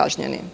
kažnjeni